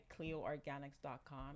CleoOrganics.com